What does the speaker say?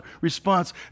response